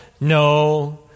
No